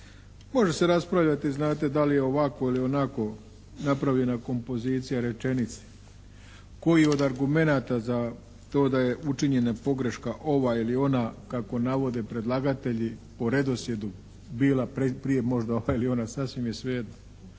može se raspravljati znate da li je ovako ili onako napravljena kompozicija rečenice. Koji od argumenata za to da je učinjena pogreška ova ili ona kako navode predlagatelji po redoslijedu bila prije možda ova ili ona, sasvim je svejedno.